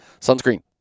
Sunscreen